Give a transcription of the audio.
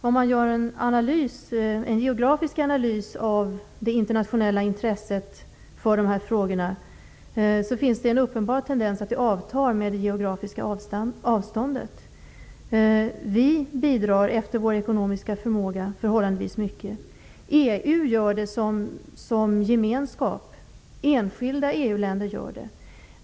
Om man gör en geografisk analys av det internationella intresset för de här frågorna, finner man att tendensen är uppenbar att intresset avtar med det geografiska avståndet. Vi bidrar med förhållandevis mycket, efter vår ekonomiska förmåga. EU som gemenskap gör det. Enskilda EU-länder gör det.